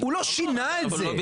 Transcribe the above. הוא לא שינה את זה.